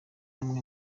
amwe